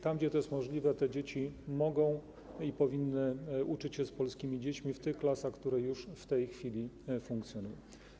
Tam gdzie to jest możliwe, te dzieci mogą i powinny uczyć się z polskimi dziećmi w tych klasach, które już funkcjonują.